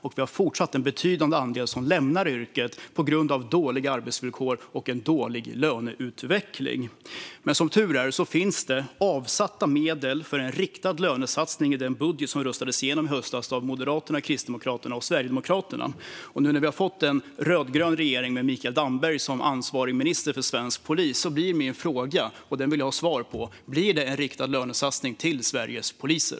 En betydande andel poliser lämnar också fortfarande yrket på grund av dåliga arbetsvillkor och en dålig löneutveckling. Som tur är finns det dock avsatta medel för en riktad lönesatsning i den budget som röstades igenom i höstas av Moderaterna, Kristdemokraterna och Sverigedemokraterna. Nu när vi har fått en rödgrön regering med Mikael Damberg som minister med ansvar för svensk polis blir min fråga, som jag vill ha svar på: Blir det en riktad lönesatsning till Sveriges poliser?